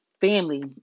Family